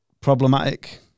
problematic